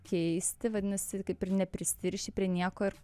keisti vadinasi kaip ir neprisiriši prie nieko ir